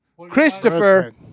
Christopher